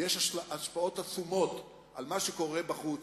ויש השפעות עצומות על מה שקורה בחוץ,